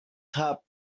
top